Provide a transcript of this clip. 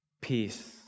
peace